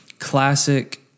Classic